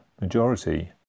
majority